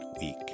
week